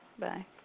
Bye